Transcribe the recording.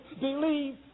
believe